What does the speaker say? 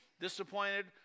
disappointed